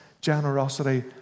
generosity